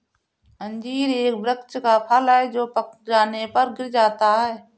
अंजीर एक वृक्ष का फल है जो पक जाने पर गिर जाता है